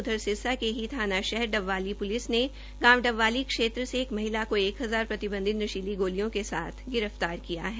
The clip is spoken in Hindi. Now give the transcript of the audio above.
उधर सिरसा के ही थाना शहर डबवाली प्लिस ने गांव डबवाली क्षेत्र से एक महिला को एक हजार प्रतिबंधित नशीली गोलियां के साथ गिरफ्तार किया है